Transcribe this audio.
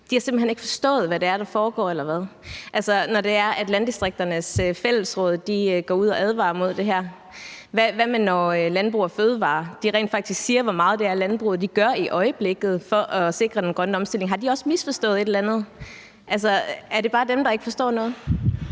hen ikke forstået, hvad det er, der foregår – altså når Landdistrikternes Fællesråd går ud og advarer mod det her? Hvad med, når Landbrug & Fødevarer rent faktisk siger, hvor meget det er, landbruget i øjeblikket gør for at sikre den grønne omstilling? Har de også misforstået et eller andet? Altså, er det bare dem, der ikke forstår noget?